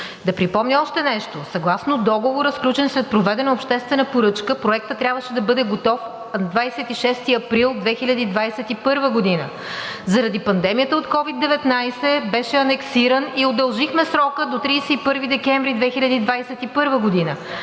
Да припомня още нещо. Съгласно договора, сключен след проведена обществена поръчка, проектът трябваше да бъде готов на 26 април 2021 г. Заради пандемията от COVID-19 беше анексиран и удължихме срока до 31 декември 2021 г.